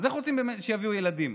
אז איך רוצים שיביאו ילדים?